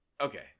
okay